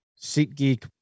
SeatGeek